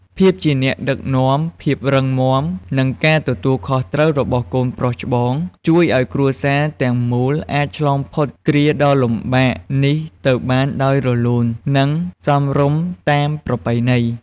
ភាពជាអ្នកដឹកនាំ ភាពរឹងមាំ និងការទទួលខុសត្រូវរបស់កូនប្រុសច្បង ជួយឲ្យគ្រួសារទាំងមូលអាចឆ្លងផុតគ្រាដ៏លំបាកនេះទៅបានដោយរលូន និងសមរម្យតាមប្រពៃណី។